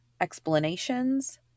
explanations